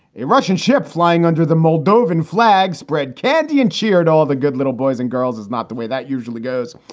a russian ship flying under the moldovan flag, spread candy and cheer to all the good little boys and girls is not the way that usually goes.